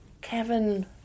Kevin